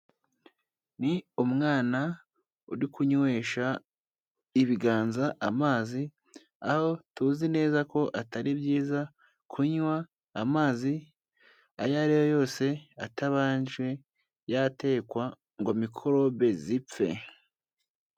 Ni umwana uri kunywesha ibiganza amazi aho tuzi neza ko atari byiza kunywa amazi ayo ariyo yose atabanje yatekwa ngo mikorobe zipfe.